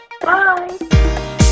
Bye